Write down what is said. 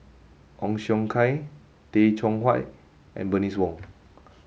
Ong Siong Kai Tay Chong Hai and Bernice Wong